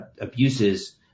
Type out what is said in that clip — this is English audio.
abuses